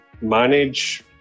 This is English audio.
manage